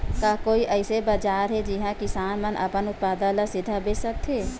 का कोई अइसे बाजार हे जिहां किसान मन अपन उत्पादन ला सीधा बेच सकथे?